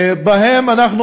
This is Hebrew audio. שבהם אנחנו,